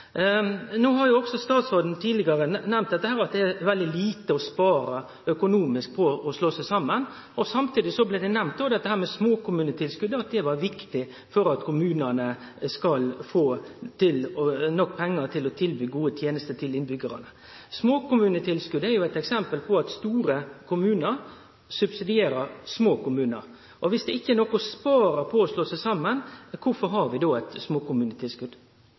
Statsråden har tidlegare nemnt at det er veldig lite å spare økonomisk på at kommunar slår seg saman. Samtidig blir det òg nemnt at småkommunetilskotet er viktig for at kommunane skal få nok pengar til å tilby gode tenester til innbyggjarane. Småkommunetilskotet er eit eksempel på at store kommunar subsidierer små kommunar. Viss det ikkje er noko å spare på å slå seg saman, kvifor har vi då eit småkommunetilskot?